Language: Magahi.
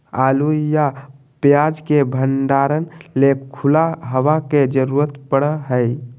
आलू या प्याज के भंडारण ले खुला हवा के जरूरत पड़य हय